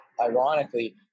ironically